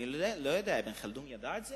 אני לא יודע, אבן ח'לדון ידע את זה?